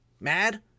mad